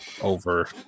Over